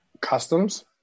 customs